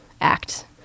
act